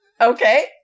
okay